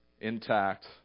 intact